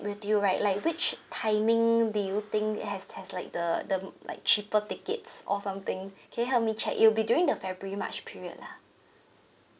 with you right like which timing do you think has has like the the like cheaper tickets or something can you help me check it will be during the february march period lah